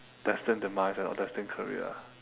destined demise or destined career